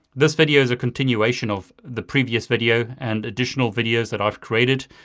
this video is a continuation of the previous video, and additional videos that i've created.